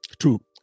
True